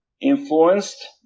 influenced